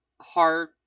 hard